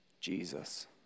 Jesus